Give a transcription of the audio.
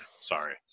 Sorry